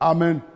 Amen